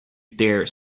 dare